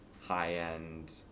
high-end